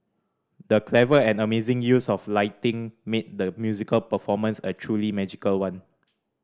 the clever and amazing use of lighting made the musical performance a truly magical one